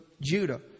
Judah